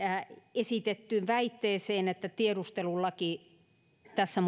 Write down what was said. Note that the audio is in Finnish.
esitettyyn väitteeseen että tiedustelulaki tässä